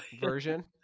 version